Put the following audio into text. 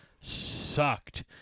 sucked